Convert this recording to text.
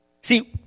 See